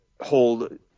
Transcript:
hold